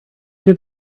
did